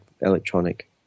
electronic